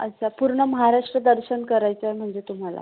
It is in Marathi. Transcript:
अच्छा पूर्ण महाराष्ट्र दर्शन करायचं आहे म्हणजे तुम्हाला